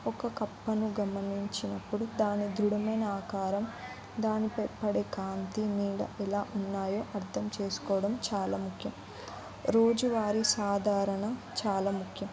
ఒక కప్పను గమనించినప్పుడు దాని దృఢమైన ఆకారం దానిపై పడే కాంతి నీడ ఎలా ఉన్నాయో అర్థం చేసుకోవడం చాలా ముఖ్యం రోజు వారి సాధారణ చాలా ముఖ్యం